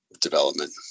development